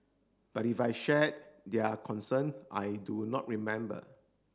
but if I shared their concern I do not remember